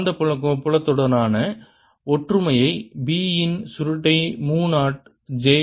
காந்தப்புலத்துடனான ஒற்றுமை B இன் சுருட்டை மு 0 J